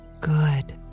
good